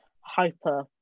hyper